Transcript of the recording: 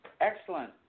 Excellent